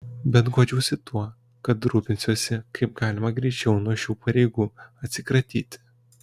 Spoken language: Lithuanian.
bet guodžiuosi tuo kad rūpinsiuosi kaip galima greičiau nuo šių pareigų atsikratyti